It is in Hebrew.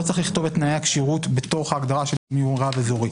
צריך לכתוב את תנאי הכשירות בתוך ההגדרה של מיהו רב אזורי,